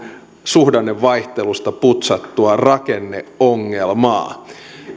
suhdannevaihtelusta putsattua rakenneongelmaa